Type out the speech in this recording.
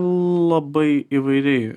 labai įvairiai